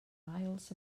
miles